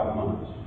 months